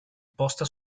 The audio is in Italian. posta